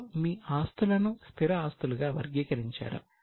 ఇప్పుడు మీ ఆస్తులను స్థిర ఆస్తులుగా వర్గీకరించారు